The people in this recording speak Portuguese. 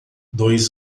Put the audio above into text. dois